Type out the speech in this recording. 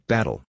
Battle